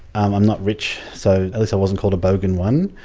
i'm not rich so at least i wasn't called a bogan one.